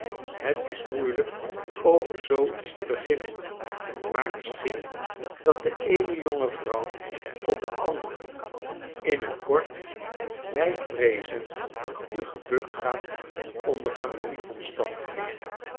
het is moeilijk over zoo iets te beginnen maar misschien dat de eene jonge vrouw tot de andere in j t kort wij vreezen dat u gebukt gaat ondcr familieomstandigheden